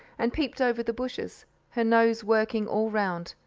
and peeped over the bushes her nose working all round,